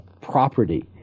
property